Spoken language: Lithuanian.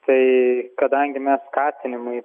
tai kadangi mes skatinimui